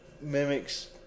mimics